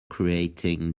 creating